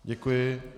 Děkuji.